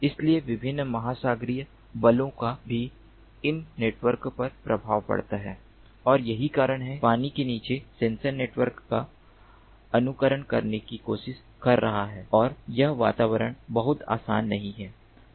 इसलिए विभिन्न महासागरीय बलों का भी इन नेटवर्क पर प्रभाव पड़ता है और यही कारण है कि पानी के नीचे सेंसर नेटवर्क का अनुकरण करने की कोशिश कर रहा है और यह वातावरण बहुत आसान नहीं है